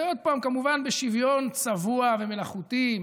ועוד פעם כמובן בשוויון צבוע ומלאכותי.